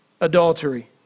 adultery